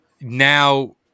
Now